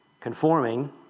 Conforming